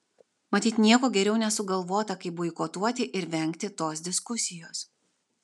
matyt nieko geriau nesugalvota kaip boikotuoti ir vengti tos diskusijos